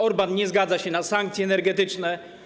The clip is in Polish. Orbán nie zgadza się na sankcje energetyczne.